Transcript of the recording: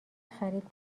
خرید